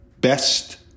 best